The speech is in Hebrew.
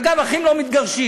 אגב, אחים לא מתגרשים,